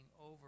over